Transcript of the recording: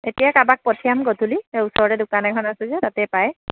এতিয়া কাৰোবাক পঠিয়াম গধূলি এই ওচৰতে দোকান এখন আছে যে তাতেই পায়